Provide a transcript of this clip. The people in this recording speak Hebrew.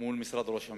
מול משרד ראש הממשלה,